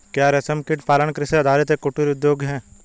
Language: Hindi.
क्या रेशमकीट पालन कृषि आधारित एक कुटीर उद्योग है?